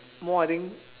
more I think